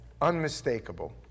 unmistakable